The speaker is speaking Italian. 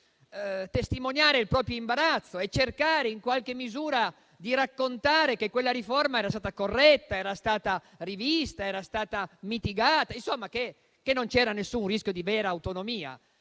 di testimoniare il proprio imbarazzo e cercare in qualche misura di raccontare che quella riforma era stata corretta, era stata rivista, era stata mitigata, insomma che non c'era nessun rischio di vera autonomia.